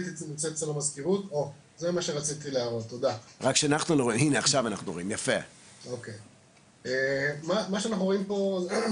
זה מה שרציתי להראות לכם ומה שאנחנו רואים פה בעצם